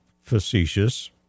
facetious